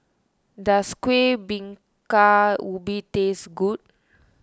does Kueh Bingka Ubi taste good